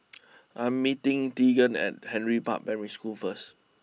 I am meeting Tegan at Henry Park Primary School first